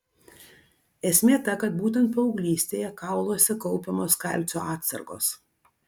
esmė ta kad būtent paauglystėje kauluose kaupiamos kalcio atsargos